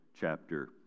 chapter